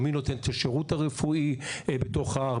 מי נותן את השירות הרפואי בתוך ההר,